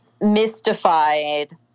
mystified